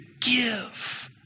give